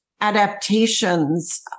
adaptations